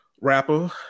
rapper